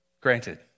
Granted